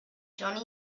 johnny